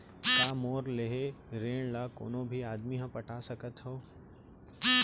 का मोर लेहे ऋण ला कोनो भी आदमी ह पटा सकथव हे?